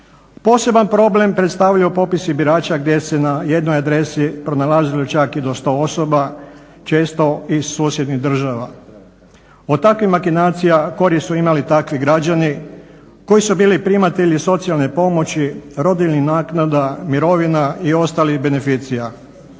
Poseban problem predstavljaju popisi birača gdje se na jednoj adresi pronalazilo čak i do 100 osoba, često iz susjednih država. Od takvih makinacija korist su imali takvi građani koji su bili primatelji socijalne pomoći, rodiljnih naknada, mirovina i ostalih beneficija.